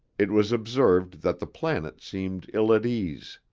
it was observed that the planet seemed ill at ease.